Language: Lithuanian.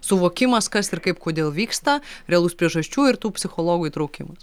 suvokimas kas ir kaip kodėl vyksta realus priežasčių ir tų psichologų įtraukimas